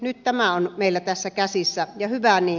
nyt tämä on meillä tässä käsissä ja hyvä niin